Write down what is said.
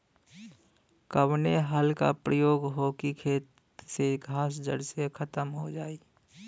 कवने हल क प्रयोग हो कि खेत से घास जड़ से खतम हो जाए?